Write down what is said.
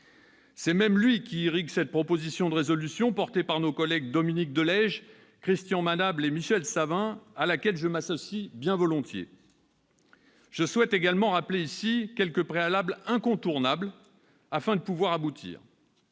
C'est même ce qui irrigue cette proposition de résolution, déposée par nos collègues Dominique de Legge, Christian Manable et Michel Savin, proposition à laquelle je m'associe bien volontiers. Je souhaite également rappeler ici quelques préalables incontournables pour aboutir.